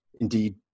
Indeed